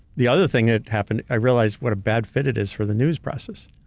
the other thing that happened, i realized what a bad fit it is for the news process.